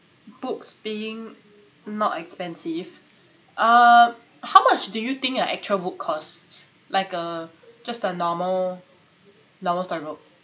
books being not expensive uh how much do you think an actual book costs like uh just a normal normal story book